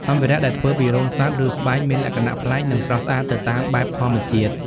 សម្ភារៈដែលធ្វើពីរោមសត្វ ឬស្បែកមានលក្ខណៈប្លែក និងស្រស់ស្អាតទៅតាមបែបធម្មជាតិ។